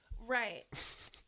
right